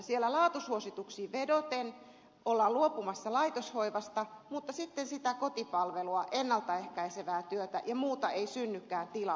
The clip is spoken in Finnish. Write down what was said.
siellä laatusuosituksiin vedoten ollaan luopumassa laitoshoivasta mutta sitten sitä kotipalvelua ennalta ehkäisevää työtä ja muuta ei synnykään tilalle